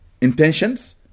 intentions